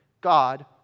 God